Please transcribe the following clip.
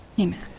Amen